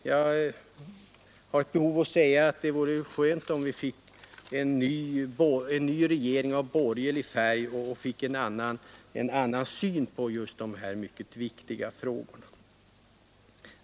Jag har ett behov av att säga att det vore skönt om vi fick en ny regering av borgerlig färg med en annan syn på de här mycket viktiga frågorna.